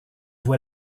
voit